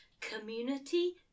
Community